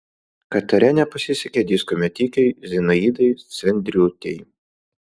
katare nepasisekė disko metikei zinaidai sendriūtei